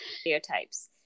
stereotypes